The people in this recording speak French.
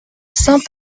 saint